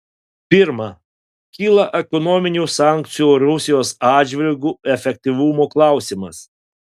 pirma kyla ekonominių sankcijų rusijos atžvilgiu efektyvumo klausimas